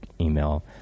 email